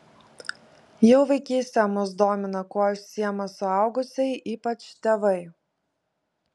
jau vaikystėje mus domina kuo užsiima suaugusieji ypač tėvai